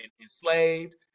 enslaved